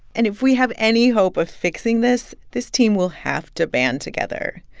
and if we have any hope of fixing this, this team will have to band together.